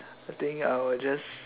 I think I will just